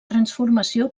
transformació